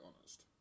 honest